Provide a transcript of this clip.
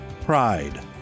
pride